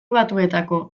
batuetako